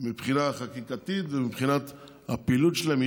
מבחינה חקיקתית ומבחינת הפעילות שלהם.